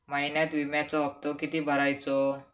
महिन्यात विम्याचो हप्तो किती भरायचो?